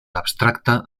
abstracta